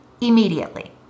immediately